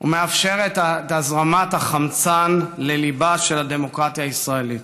ומאפשרת את הזרמת החמצן לליבה של הדמוקרטיה הישראלית.